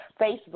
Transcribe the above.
Facebook